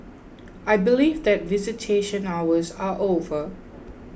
I believe that visitation hours are over